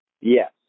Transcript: Yes